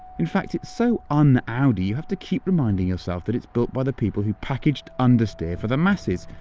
in fact, it's so un-audi, you have to keep reminding yourself that it's built by the people who packaged understeer for the masses.